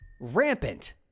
Rampant